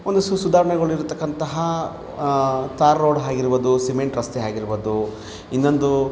ಒಂದಸ್ಸು ಸುಧಾರ್ಣೆಗೊಂಡಿರ್ತಕ್ಕಂತಹ tar road ಆಗಿರ್ಬೌದು cement ರಸ್ತೆ ಆಗಿರ್ಬೌದು ಇನ್ನೊಂದು